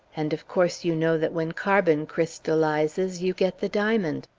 and, of coarse, you know that when carbon crystallizes you get the diamond.